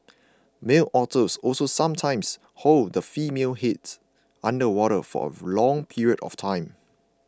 male otters also sometimes hold the female's head under water for a long period of time